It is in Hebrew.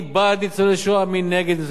מי בעד ניצולי שואה ומי נגד.